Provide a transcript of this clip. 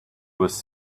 was